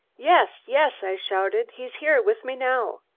yes yes, i shouted. he's here with me now.